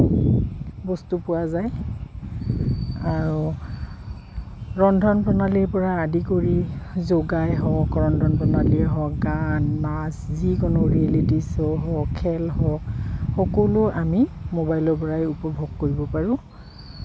বস্তু পোৱা যায় আৰু ৰন্ধন প্ৰণালীৰ পৰা আদি কৰি যোগাই হওক ৰন্ধন প্ৰণালী হওক গান মাছ যিকোনো ৰিয়েলিটি শ্ব' হওক খেল হওক সকলো আমি মোবাইলৰ পৰাই উপভোগ কৰিব পাৰোঁ